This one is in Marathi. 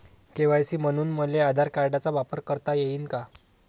के.वाय.सी म्हनून मले आधार कार्डाचा वापर करता येईन का?